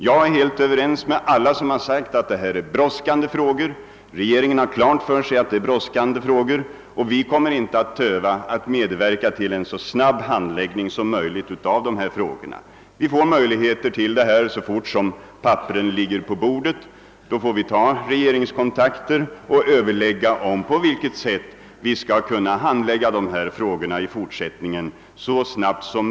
Jag är helt ense med dem som anser att dessa frågor är mycket brådskande. Den saken har också regeringen klart för sig, och vi kommer inte att töva att medverka till en så snabb handläggning av frågorna som möjligt. När papperen ligger på bordet får vi möjligheter att gå vidare, och då kommer vi att ta regeringskontakter och överlägga om på vilket sätt frågorna i fortsättningen skall handläggas på snabbaste sätt.